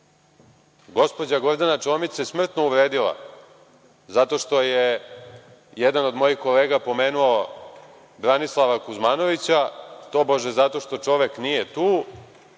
Gospođa Gordana Čomić se smrtno uvredila, zato što je jedan od mojih kolega pomenuo Branislava Kuzmanovića, tobože zato što čovek nije tu,